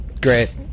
Great